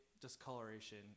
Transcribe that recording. discoloration